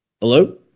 Hello